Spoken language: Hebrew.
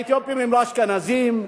האתיופים הם לא אשכנזים,